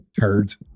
turds